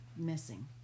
Missing